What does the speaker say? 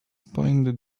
point